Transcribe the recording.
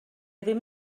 ddim